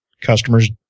customers